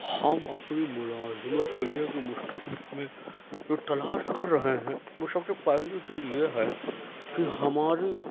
ہم اپنی ملازمت کریئر کے مستقبل میں جو تلاش کر رہے ہیں وہ سب سے پہلی چیز یہ ہے کہ ہماری